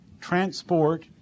transport